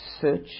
search